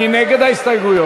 מי נגד ההסתייגויות?